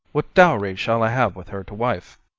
what dowry shall i have with her to wife?